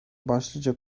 başlıca